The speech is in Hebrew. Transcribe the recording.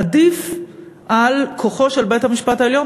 עדיף על כוחו של בית-המשפט העליון